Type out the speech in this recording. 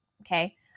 okay